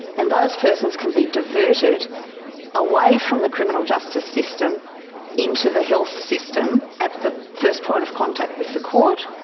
and those persons can be diverted away from the criminal justice system into the health system at the first point of contact with the court.